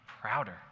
prouder